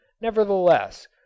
nevertheless